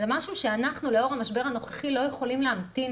זה משהו שאנחנו לאור המשבר הנוכחי לא יכולים להמתין